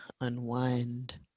unwind